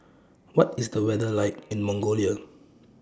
What IS The weather like in Mongolia